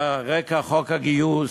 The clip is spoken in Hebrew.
ועל רקע חוק הגיוס.